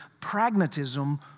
pragmatism